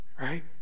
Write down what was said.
right